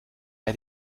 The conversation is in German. bei